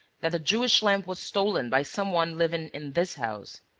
that the jewish lamp was stolen by some one living in this house.